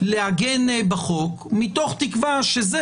לעגן בחוק מתוך תקווה שזה,